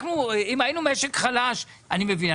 אם היינו משק חלש, אני מבין.